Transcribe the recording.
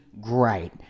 great